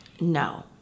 No